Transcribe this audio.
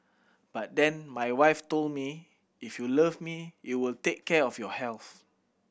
but then my wife told me if you love me you will take care of your health